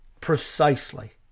precisely